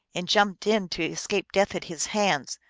and jumped in to escape death at his hands,